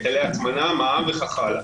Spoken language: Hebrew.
הטמנה וכך הלאה.